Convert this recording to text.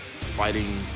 fighting